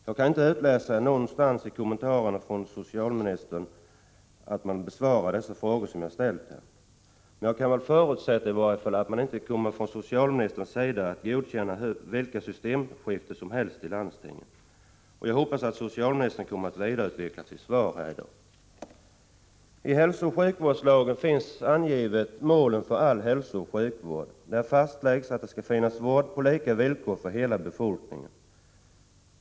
Jag kan ingenstans i kommentarerna från socialministern utläsa något svar på de frågor som jag har ställt, men jag kan väl förutsätta att socialministern inte kommer att godkänna vilka systemskiften som helst i landstingen. Jag hoppas att socialministern här i dag kommer att vidareutveckla sitt svar. I hälsooch sjukvårdslagen anges målen för all hälsooch sjukvård, och där fastläggs att hela befolkningen skall ha tillgång till vård på lika villkor.